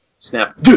Snap